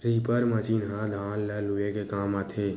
reaper machine ह धान ल लूए के काम आथे